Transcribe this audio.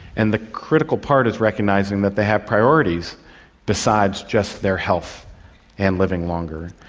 and the critical part is recognising that they have priorities besides just their health and living longer,